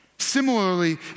Similarly